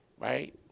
Right